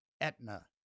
Etna